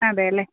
അതെ അല്ലേ